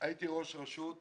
רשות מקומית.